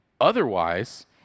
Otherwise